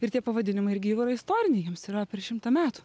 ir tie pavadinimai irgi jau yra istoriniai jiems yra per šimtą metų